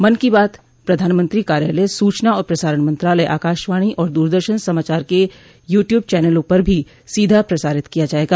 मन की बात प्रधानमंत्री कार्यालय सूचना और प्रसारण मंत्रालय आकाशवाणी और दूरदर्शन समाचार के यू ट्यूब चनलों पर भी सीधा प्रसारित किया जायेगा